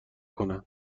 کنند